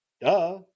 Duh